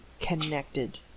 connected